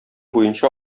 буенча